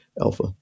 alpha